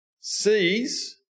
sees